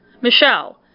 Michelle